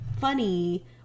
funny